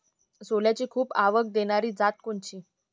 सोल्याची खूप आवक देनारी जात कोनची?